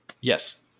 Yes